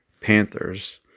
Panthers